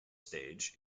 stage